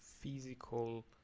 physical